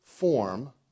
form